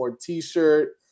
T-shirt